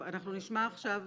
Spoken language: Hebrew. אנחנו נשמע עכשיו